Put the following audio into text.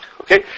Okay